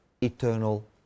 eternal